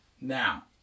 Now